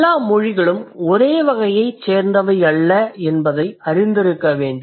எல்லா மொழிகளும் ஒரே வகையைச் சேர்ந்தவை அல்ல என்பதை அறிந்திருக்க வேண்டும்